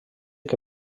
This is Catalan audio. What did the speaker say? que